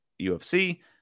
UFC